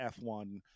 F1